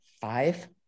five